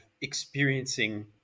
experiencing